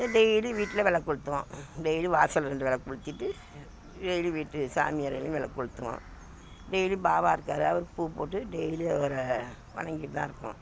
டெய்லியும் வீட்டில் விளக்கு கொளுத்துவோம் டெய்லி வாசலில் ரெண்டு விளக்கு கொளுத்திட்டு டெய்லியும் வீட்டு சாமியறையிலேயும் விளக்கு கொளுத்துவோம் டெய்லியும் பாபா இருக்கார் அவருக்கு பூ போட்டு டெய்லியும் அவரை வணங்கிட்டுதான் இருக்கோம்